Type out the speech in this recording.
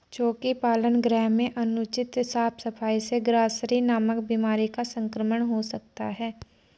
चोकी पालन गृह में अनुचित साफ सफाई से ग्रॉसरी नामक बीमारी का संक्रमण हो सकता है